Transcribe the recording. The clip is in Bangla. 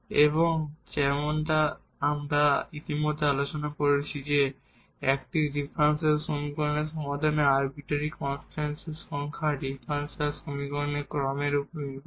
এবং যেমনটি আমরা ইতিমধ্যেই আলোচনা করেছি যে একটি ডিফারেনশিয়াল সমীকরণের সমাধানে আরবিটারি কনস্ট্যান্টের সংখ্যা ডিফারেনশিয়াল সমীকরণের ক্রমের উপর নির্ভর করে